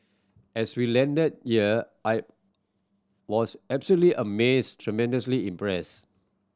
as we landed here I was absolutely amazed tremendously impressed